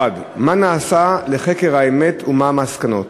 1. מה נעשה לחקר האמת ומה היו המסקנות?